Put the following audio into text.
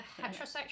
heterosexual